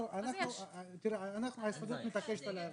אנחנו לא נתנגד אבל אנחנו צריכים להסכים